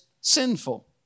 sinful